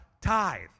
tithe